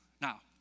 Now